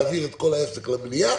להעביר את כל העסק למליאה,